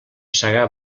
segar